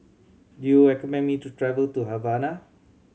do you recommend me to travel to Havana